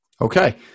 Okay